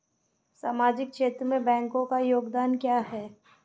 सामाजिक क्षेत्र में बैंकों का योगदान क्या है?